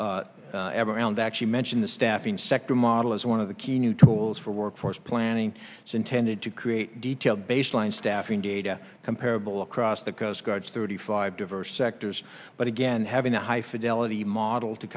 actually mention the staffing sector model is one of the key new tools for workforce planning it's intended to create detailed baseline staffing data comparable across the coast guard's thirty five diverse sectors but again having a high fidelity model to